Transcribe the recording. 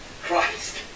Christ